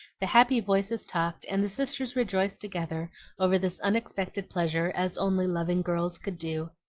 the happy voices talked and the sisters rejoiced together over this unexpected pleasure as only loving girls could do.